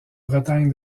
bretagne